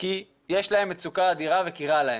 כי יש להם מצוקה אדירה וכי רע להם.